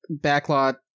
backlot